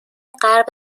غرب